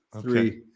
Three